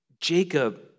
Jacob